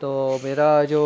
तो मेरा जो